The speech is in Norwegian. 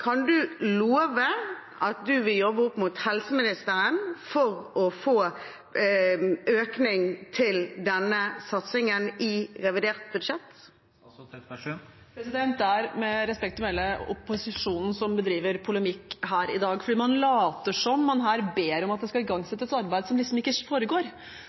Kan statsråden love at hun vil jobbe opp mot helseministeren for å få økning til denne satsingen i revidert budsjett? Det er med respekt å melde opposisjonen som bedriver polemikk her i dag, for man later som om man her ber om at det skal igangsettes arbeid som liksom ikke foregår.